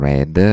Red